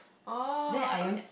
oh cause